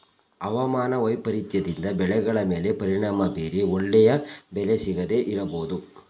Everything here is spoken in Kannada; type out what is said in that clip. ಅವಮಾನ ವೈಪರೀತ್ಯದಿಂದ ಬೆಳೆಗಳ ಮೇಲೆ ಪರಿಣಾಮ ಬೀರಿ ಒಳ್ಳೆಯ ಬೆಲೆ ಸಿಗದೇ ಇರಬೋದು